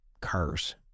Cars